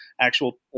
actual